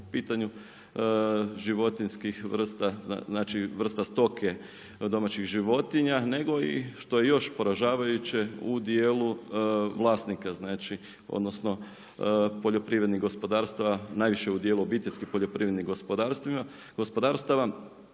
po pitanju životinjskih vrsta, vrsta stoke domaćih životinja, nego i, što je još poražavajuće u dijelu vlasnika, znači, odnosno poljoprivrednih gospodarstva, najviše u dijelu obiteljskih poljoprivrednih gospodarstava